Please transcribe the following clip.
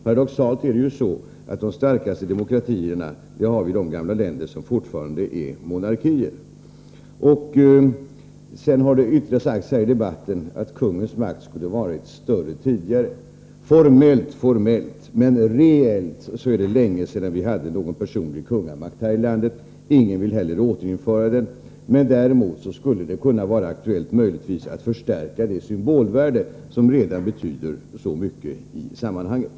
Paradoxalt nog är det ju så att de starkaste demokratierna finns i de gamla länder som fortfarande är monarkier. Det har vidare sagts här i debatten att kungens makt skulle ha varit större tidigare. Formellt, ja, men reellt är det länge sedan vi hade någon personlig kungamakt här i landet. Ingen vill heller återinföra den. Däremot skulle det möjligtvis kunna vara aktuellt att förstärka det symbolvärde som redan betyder så mycket i sammanhanget.